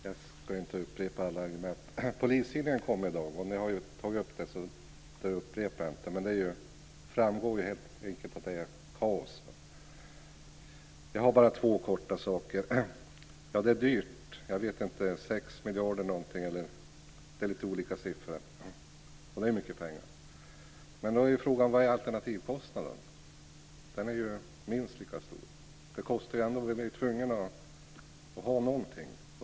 Fru talman! Jag ska inte upprepa alla argumenten. Polistidningen har kommit i dag. Det som står där har ni ju tagit upp, så det upprepar jag inte. Det framgår helt riktigt att det är kaos. Jag har bara två saker jag kort vill ta upp. Det är dyrt, ungefär 6 miljarder. Det förekommer lite olika siffror. Det är mycket pengar. Men frågan är: Vad är kostnaden för alternativen? Den är minst lika stor. Vi är ändå tvungna att ha någonting.